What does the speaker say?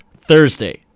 Thursday